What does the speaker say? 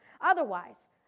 Otherwise